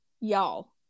y'all